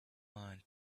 mind